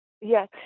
Yes